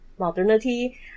Modernity